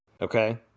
Okay